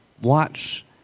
watch